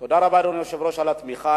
תודה רבה, אדוני היושב-ראש, על התמיכה.